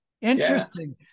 interesting